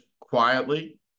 quietly